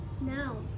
No